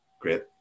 Great